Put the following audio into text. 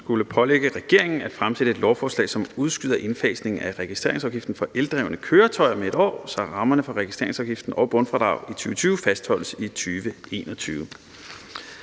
skulle pålægge regeringen at fremsætte et lovforslag, som udskyder indfasningen af registreringsafgiften for eldrevne køretøjer med 1 år, så rammerne for registreringsafgiften og bundfradrag i 2020 fastholdes i 2021.